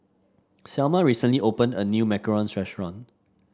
Selma recently opened a new macarons restaurant